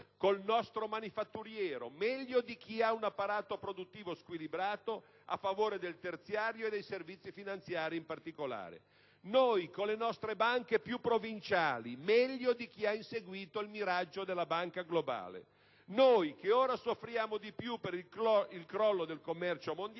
col nostro manifatturiero, meglio di chi ha un apparato produttivo squilibrato a favore del terziario e dei servizi finanziari in particolare. Noi, con le nostre banche più "provinciali", meglio di chi ha inseguito il miraggio della banca "globale". Noi, che ora soffriamo di più per il crollo del commercio mondiale,